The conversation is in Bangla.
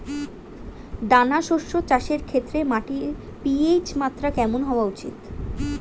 দানা শস্য চাষের ক্ষেত্রে মাটির পি.এইচ মাত্রা কেমন হওয়া উচিৎ?